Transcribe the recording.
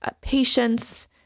patience